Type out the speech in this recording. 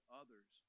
others